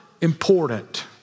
important